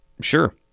sure